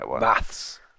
Maths